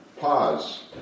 pause